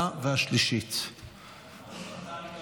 בעד, חמישה, אין נגד, אין נמנעים.